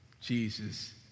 Jesus